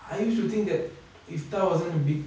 I used to think that iftal wasn't being